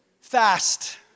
fast